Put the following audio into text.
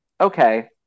okay